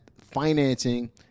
financing